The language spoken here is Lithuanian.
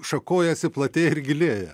šakojasi platėja ir gilėja